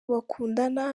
bakundana